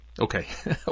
Okay